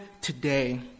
today